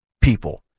people